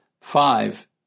Five